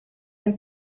ein